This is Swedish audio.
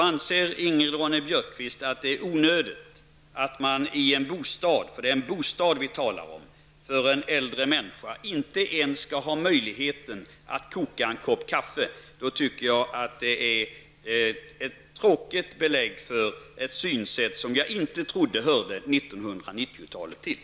Anser Ingrid Ronne Björkqvist att det är onödigt att man i en bostad -- för det är en bostad som vi talar om -- för en äldre människa inte ens skall ha möjlighet att koka en kopp kaffe anser jag att det rör sig om ett tråkigt belägg för ett synsätt som jag inte trodde hörde 1990-talet till.